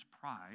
pride